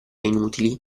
inutili